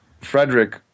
Frederick